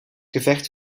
gevecht